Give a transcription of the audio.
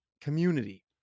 community